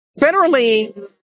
Federally